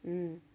mm